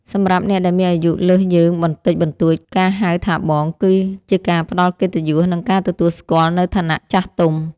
សម្រាប់អ្នកដែលមានអាយុលើសយើងបន្តិចបន្តួចការហៅថាបងគឺជាការផ្ដល់កិត្តិយសនិងការទទួលស្គាល់នូវឋានៈចាស់ទុំ។